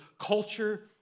culture